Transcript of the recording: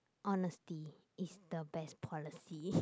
honesty is the best policy